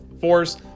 force